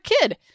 kid